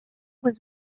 was